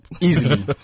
Easily